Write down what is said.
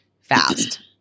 fast